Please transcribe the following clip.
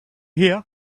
here